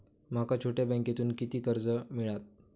माका छोट्या बँकेतून किती कर्ज मिळात?